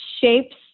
shapes